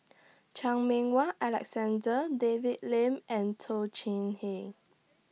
Chan Meng Wah Alexander David Lim and Toh Chin Hey